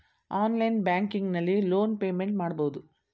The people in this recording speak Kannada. ಆನ್ಲೈನ್ ಬ್ಯಾಂಕಿಂಗ್ ನಲ್ಲಿ ಲೋನ್ ಪೇಮೆಂಟ್ ಮಾಡಬಹುದು